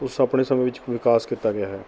ਉਸ ਆਪਣੇ ਸਮੇਂ ਵਿੱਚ ਵਿਕਾਸ ਕੀਤਾ ਗਿਆ ਹੈ